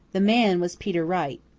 the man was peter wright.